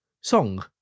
song